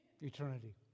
eternity